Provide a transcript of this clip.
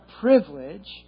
privilege